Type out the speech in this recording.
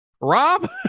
Rob